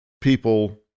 people